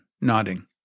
nodding